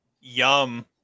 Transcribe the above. Yum